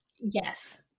yes